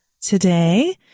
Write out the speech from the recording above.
Today